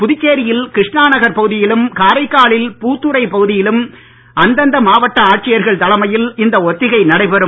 புதுச்சேரி யில் கிருஷ்ணாநகர் பகுதியிலும் காரைக்காலில் புதுத்துறை பகுதியிலும் அந்தந்த மாவட்ட ஆட்சியர்கள் தலைமையில் இந்த ஒத்திகை நடைபெறும்